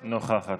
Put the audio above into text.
נוכחת.